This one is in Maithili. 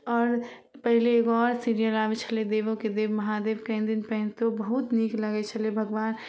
आओर पहिले एगो आओर सिरिअल आबै छलै देवों के देव महादेव कनि दिन पहिने तऽ ओ बहुत नीक लगै छलै भगवान